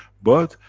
but,